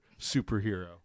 superhero